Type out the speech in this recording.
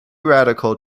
radical